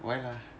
why ah